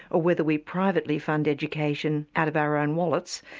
or whether we privately fund education out of our own wallets,